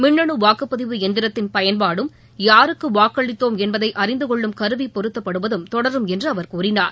மின்னணு வாக்குப்பதிவு எந்திரத்தின் பயன்பாடும் யாருக்கு வாக்களித்தோம் என்பதை அறிந்து கொள்ளும் கருவி பொருத்தப்படுவதம் தொடரும் என்று அவர் கூறினார்